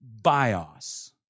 bios